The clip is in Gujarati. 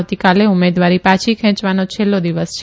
આવતીકાલે ઉમેદવારી પાછી ખેંયવાનો છેલ્લો દિવસ છે